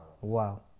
Wow